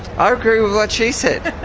ah i agree with what she said.